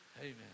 Amen